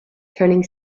turning